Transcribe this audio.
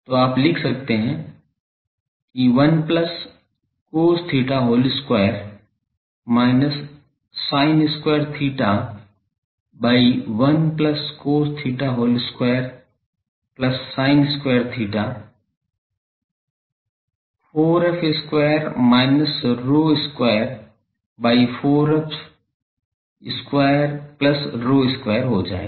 तो आप लिख सकते हैं कि 1 plus cos theta whole square minus sin square theta by 1 plus cos theta whole square plus sin square theta 4f square minus ρ square by 4f square plus ρ square हो जायेगा